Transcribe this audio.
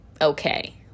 okay